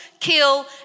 kill